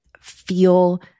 feel